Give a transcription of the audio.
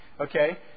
Okay